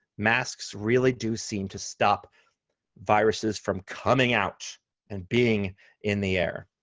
masks really do seem to stop viruses from coming out and being in the air.